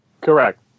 Correct